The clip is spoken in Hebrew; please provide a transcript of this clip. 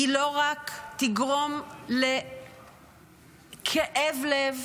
היא לא רק תגרום לכאב לב